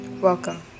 Welcome